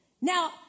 Now